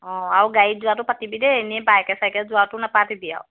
অঁ আৰু গাড়ীত যোৱাটো পাতিবি দেই এনেই বাইকে চাইকে যোৱাটো নেপাতিবি আৰু